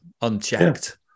unchecked